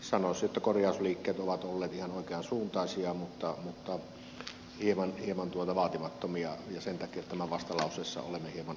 sanoisin että korjausliikkeet ovat olleet ihan oikeansuuntaisia mutta hieman vaatimattomia ja sen takia vastalauseessa olemme hieman parantaneet tätä esitystä